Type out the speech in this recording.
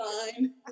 fine